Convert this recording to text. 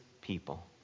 people